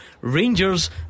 Rangers